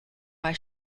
bei